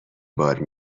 بار